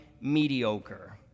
mediocre